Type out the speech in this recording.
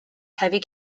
heavy